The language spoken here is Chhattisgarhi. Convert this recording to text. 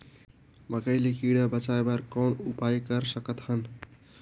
मकई ल कीड़ा ले बचाय बर कौन उपाय कर सकत हन?